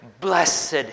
blessed